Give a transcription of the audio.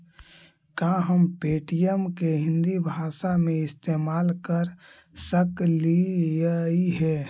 का हम पे.टी.एम के हिन्दी भाषा में इस्तेमाल कर सकलियई हे?